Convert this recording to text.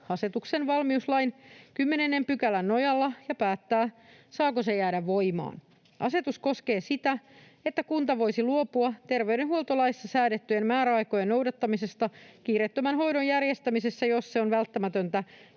asetuksen valmiuslain 10 §:n nojalla ja päättää, saako se jäädä voimaan. Asetus koskee sitä, että kunta voisi luopua terveydenhuoltolaissa säädettyjen määräaikojen noudattamisesta kiireettömän hoidon järjestämisessä, jos se on välttämätöntä